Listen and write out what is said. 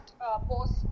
post